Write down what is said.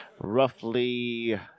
roughly